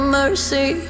mercy